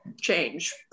change